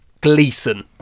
Gleason